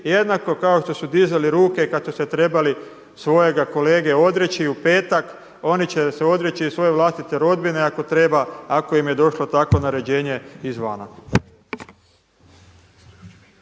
jednako kao što su dizali ruke kada su se trebali svojega kolege odreći u petak, oni će se odreći svoje vlastite rodbine ako treba, ako im je došlo takvo naređenje izvana.